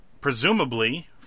Presumably